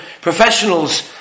professionals